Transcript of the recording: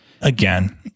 again